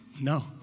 No